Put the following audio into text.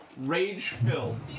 Rage-filled